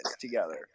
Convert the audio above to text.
together